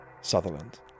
sutherland